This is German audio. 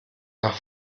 nach